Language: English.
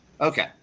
Okay